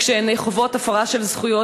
כשהן חוות הפרה של זכויות,